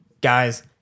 guys